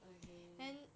okay